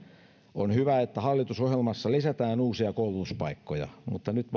on hyvä että hallitusohjelmassa lisätään uusia koulutuspaikkoja mutta nyt